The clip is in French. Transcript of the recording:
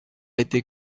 été